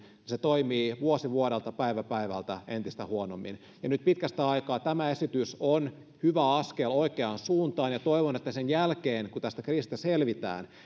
toimii vuosi vuodelta päivä päivältä entistä huonommin nyt pitkästä aikaa tämä esitys on hyvä askel oikeaan suuntaan toivon että sen jälkeen kun tästä kriisistä selvitään